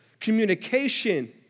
Communication